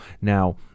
Now